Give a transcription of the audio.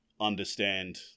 understand